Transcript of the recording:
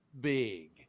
big